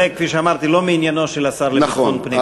זה, כפי שאמרתי, לא מעניינו של השר לביטחון פנים.